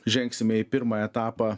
žengsime į pirmą etapą